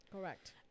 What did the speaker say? Correct